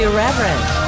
Irreverent